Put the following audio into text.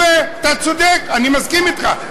אתה צודק, אני מסכים אתך.